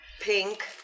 pink